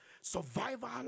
survival